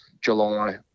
July